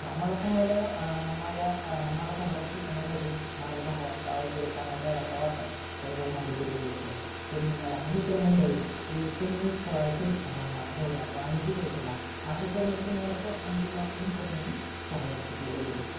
हा मला पोहायला माझ्या मला पोहायला शिकवण्यामध्ये माझ्या भावांचा वगैरे चांगला मोलाचा वाटा आहे त्याचबरोबर माझे वडील आहेत त्यांनी मला आणि मित्रमंडळी की त्यांनी उकसवलं अरे चल की पोहायला जाऊया आपण आम्ही शिकवतो तुला असं करून एक त्यांनी मला प्रोत्साहन दिलं आनि मंग त्यातनं मी पोहायला शिकलो वगेरे